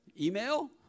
Email